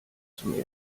zum